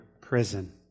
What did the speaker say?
prison